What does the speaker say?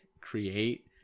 create